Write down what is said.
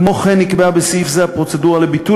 כמו כן נקבעה בסעיף זה הפרוצדורה לביטול